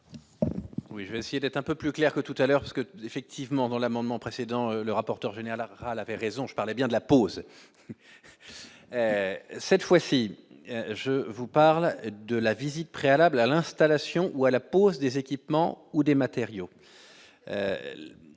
Oui, je vais essayer d'être un peu plus clair que tout à l'heure parce que effectivement dans l'amendement précédent le rapporteur général Aral avait raison, je parlais bien de la poser cette fois-ci je vous parle de la visite préalable à l'installation ou à la pose des équipements ou des matériaux